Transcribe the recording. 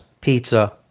pizza